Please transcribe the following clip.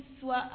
soit